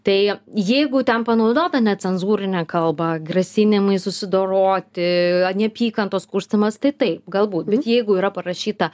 tai jeigu ten panaudota necenzūrinė kalba grasinimai susidoroti neapykantos kurstymas tai taip galbūt bet jeigu yra parašyta